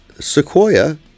Sequoia